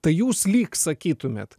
tai jūs lyg sakytumėt